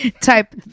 type